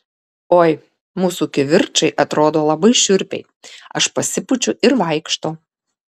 oi mūsų kivirčai atrodo labai šiurpiai aš pasipučiu ir vaikštau